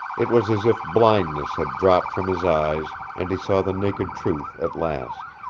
it was as if blindness had dropped from his eyes and he saw the naked truth at last.